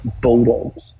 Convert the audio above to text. Bulldogs